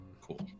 Cool